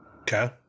Okay